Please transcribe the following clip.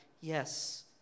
yes